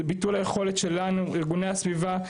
זה ביטול היכולת שלנו ארגוני הסביבה,